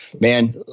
man